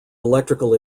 electrical